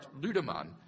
Ludemann